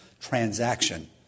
transaction